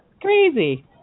Crazy